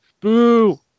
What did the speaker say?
Boo